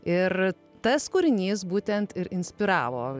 ir tas kūrinys būtent ir inspiravo